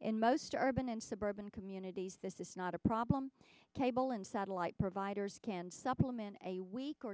in most urban and suburban communities this is not a problem cable and satellite providers can supplement a weak or